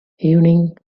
evenings